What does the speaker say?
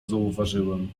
zauważyłem